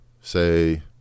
say